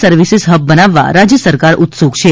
services hub બનાવવા રાજ્ય સરકાર ઉત્સુક છે